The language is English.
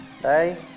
Hey